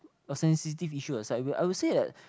a sensitive issue aside we I would say that